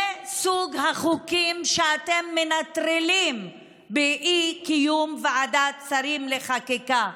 זה סוג החוקים שאתם מנטרלים באי-קיום ועדת שרים לחקיקה.